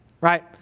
right